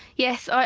yes,